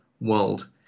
world